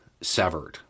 severed